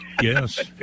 Yes